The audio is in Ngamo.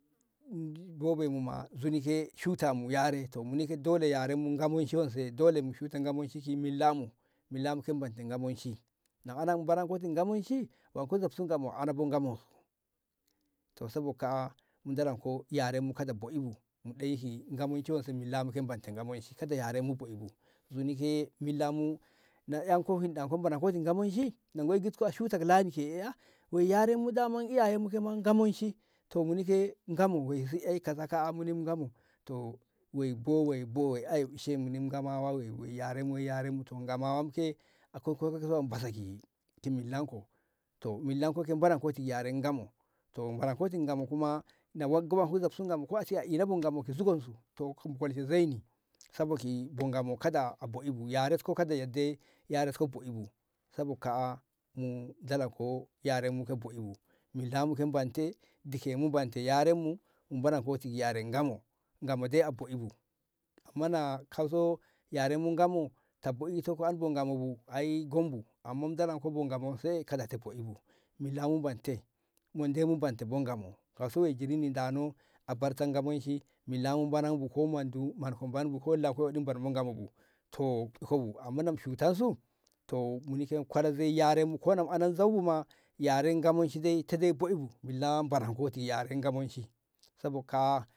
ngo be'i mu nzuni ma shute mu yare dole yare mu wanse dole mu shute ngamanci ki milla mu milla mu ke barte ngamanci anan mu munoti ngamanci tu Ngamo a ana bo ngaman su to sabo kaa'a mu dolonko yaren mu kada bo'i bu ɗoi ki ngamanci ke barte ngamanci kada yaremu nzuni ke milla mu na ƴanko munoti ngamanci a shutak lani ke a woi yaren iyayen mu ke ngamanci to muni ke mu Ngamo waisi ƴa kaza mu Ngamo to woi bo woi bo ƴa a ishemu muni mu ngamawa yare mu ke ƴanko ki soma basa ki'i ki millan ko millanko ke monoti yare Ngamo na monoti bo Ngamo kuma na gomanko ki zabsu Ngamo a ishe Ngamon su to mu kolshe zaini bo Ngamo kada bo'i bu yaret ko ka bo'i bu sabo kaa'a mu dolonko yaren mu ke kada bo'i bu milla mu bante dikke mu ke bante kada boiti yare Ngamo Ngamo dai a bo'i bu amma na kaso yare mu Ngamo ta bo'ito an Ngamo bu ai gon bu amma mu dolonko yare Ngamo bo'i bu milla mu bante monde mu bante kauso na a ɗeino wai gininni milla mu man bu ko manko yo banko man bu to iko bu amma na mu shutan su to muni ke mu kola zoi yaren mu ko na andi zau bu ma yare ngamanci bo'i bu milla mu yo yare baranti ngamanci sabo kaa'a